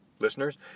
listeners